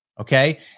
Okay